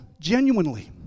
genuinely